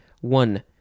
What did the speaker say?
One